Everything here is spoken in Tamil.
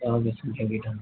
ah okay sir thank you sir